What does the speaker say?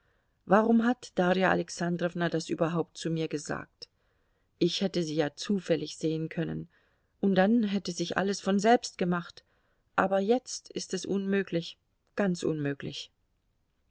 warum hat darja alexandrowna das überhaupt zu mir gesagt ich hätte sie ja zufällig sehen können und dann hätte sich alles von selbst gemacht aber jetzt ist es unmöglich ganz unmöglich